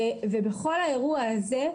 ובכל האירוע הזה,